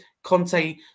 Conte